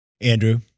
Andrew